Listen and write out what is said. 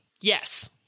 Yes